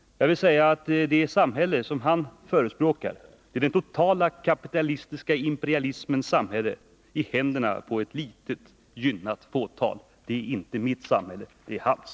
Jag vill säga att det samhälle som han förespråkar är den totala kapitalistiska imperialismens samhälle, i händerna på ett litet gynnat fåtal. Det är inte mitt samhälle. Det är hans.